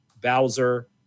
Bowser